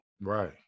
Right